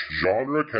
genre